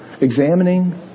examining